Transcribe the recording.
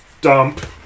dump